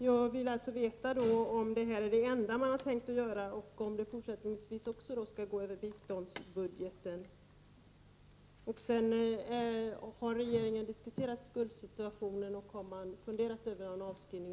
Jag vill alltså veta om detta är det enda som kan göras och om det också fortsättningsvis skall gå över biståndsbudgeten. Har regeringen diskuterat skuldsituationen och har regeringen funderat över en avskrivning?